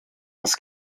das